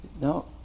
No